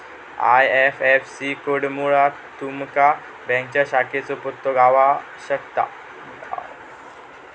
IFSC कोडमुळा तुमका बँकेच्या शाखेचो पत्तो गाव शकता